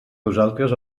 nosaltres